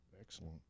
Excellent